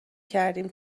کردیم